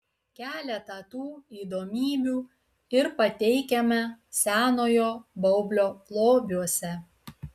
keletą tų įdomybių ir pateikiame senojo baublio lobiuose